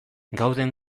gauden